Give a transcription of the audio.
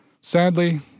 Sadly